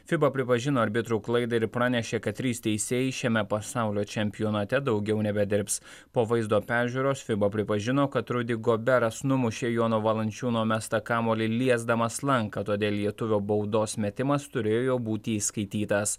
fiba pripažino arbitrų klaidą ir pranešė kad trys teisėjai šiame pasaulio čempionate daugiau nebedirbs po vaizdo peržiūros fiba pripažino kad rudi goberas numušė jono valančiūno mestą kamuolį liesdamas lanką todėl lietuvio baudos metimas turėjo būti įskaitytas